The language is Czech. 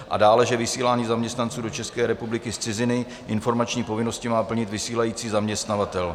A dále, že při vysílání zaměstnanců do České republiky z ciziny má informační povinnosti plnit vysílající zaměstnavatel.